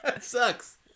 sucks